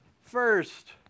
First